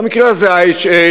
במקרה הזה IHH,